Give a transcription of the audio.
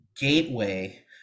gateway